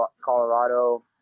Colorado